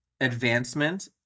advancement